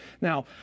Now